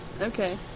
Okay